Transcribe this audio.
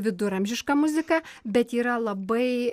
viduramžiška muzika bet yra labai